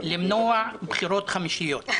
למנוע בחירות חמישיות.